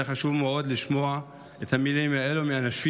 חשוב מאוד לשמוע את המילים האלה מאנשים